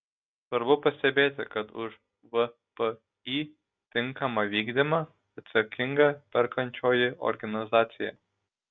svarbu pastebėti kad už vpį tinkamą vykdymą atsakinga perkančioji organizacija